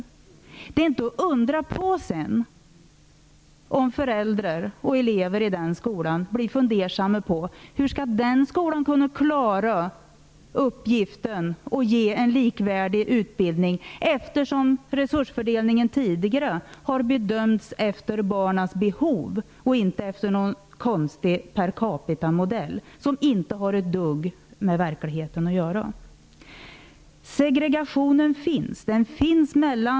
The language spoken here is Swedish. Det är sedan inte att undra på att föräldrar till elever i den skolan blir fundersamma inför hur skolan skall kunna klara uppgiften att ge en likvärdig utbildning. Resursfördelningen har tidigare gjorts efter barnens behov och inte efter någon konstig per capita--modell som inte har ett dugg med verkligheten att göra. Segregationen finns.